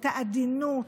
את העדינות,